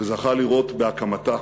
וזכה לראות בהקמתה.